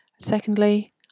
Secondly